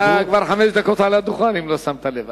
אתה כבר חמש דקות על הדוכן, אם לא שמת לב.